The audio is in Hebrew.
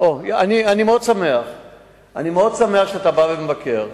אני מאוד שמח שאתה בא ומבקר.